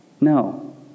no